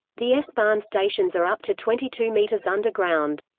the s-bahn stations are up to twenty two metres underground.